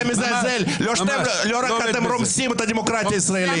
אתם רומסים את הדמוקרטיה הישראלית.